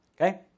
okay